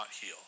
heal